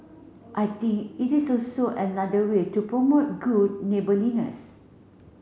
I think it is also another way to promote good neighbourliness